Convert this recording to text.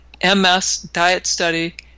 msdietstudy